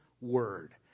word